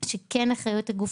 שאחריות הגוף